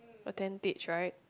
a tentage right